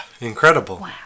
incredible